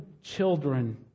children